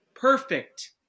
Perfect